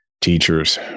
teachers